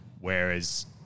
Whereas